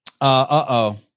Uh-oh